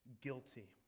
guilty